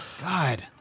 God